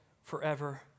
forever